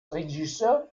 regisseur